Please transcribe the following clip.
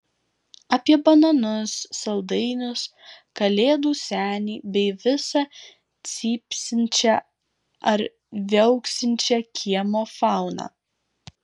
apie bananus saldainius kalėdų senį bei visą cypsinčią ar viauksinčią kiemo fauną